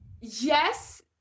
yes